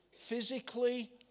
physically